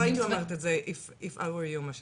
לא הייתי אומרת את זה אם הייתי את, מה שנקרא.